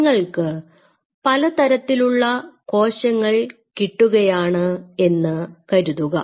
നിങ്ങൾക്ക് പലതരത്തിലുള്ള കോശങ്ങൾ കിട്ടുകയാണ് എന്ന് കരുതുക